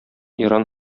иран